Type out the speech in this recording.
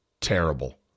terrible